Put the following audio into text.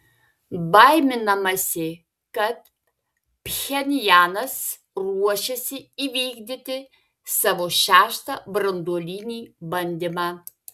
baiminamasi kad pchenjanas ruošiasi įvykdyti savo šeštą branduolinį bandymą